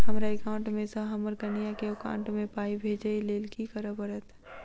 हमरा एकाउंट मे सऽ हम्मर कनिया केँ एकाउंट मै पाई भेजइ लेल की करऽ पड़त?